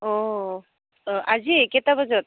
অঁ অঁ আজি কেইটা বজাত